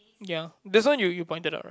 ya this one you you pointed out right